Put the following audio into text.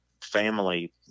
family